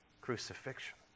crucifixion